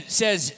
says